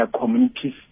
communities